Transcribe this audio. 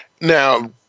Now